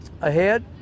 ahead